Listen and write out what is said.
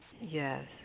Yes